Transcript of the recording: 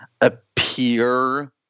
appear